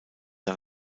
der